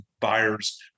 buyers